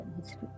history